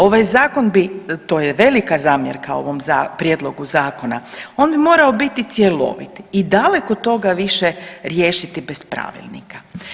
Ovaj zakon bi, to je velika zamjerka ovom prijedlogu zakona, on bi trebao biti cjelovit i daleko toga više riješiti bez pravilnika.